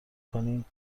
کنی